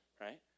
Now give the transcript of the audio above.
right